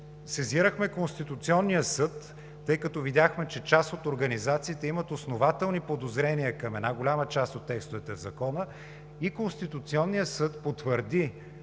сезирахме Конституционния съд, тъй като видяхме, че част от организациите имат основателни подозрения към една голяма част от текстовете в Закона и Конституционният съд потвърди,